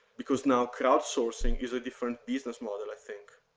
because, now, crowd-sourcing is a different business model, i think.